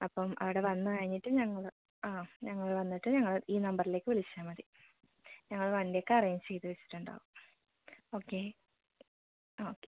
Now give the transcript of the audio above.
അപ്പം അവിടെ വന്ന് കഴിഞ്ഞിട്ട് ഞങ്ങൾ ആ ഞങ്ങൾ വന്നിട്ട് ഞങ്ങൾ ഈ നമ്പറിലേക്ക് വിളിച്ചാൽ മതി ഞങ്ങൾ വണ്ടി ഒക്കെ അറേഞ്ച് ചെയ്ത് വെച്ചിട്ട് ഉണ്ടാവും ഓക്കെ ഓക്കെ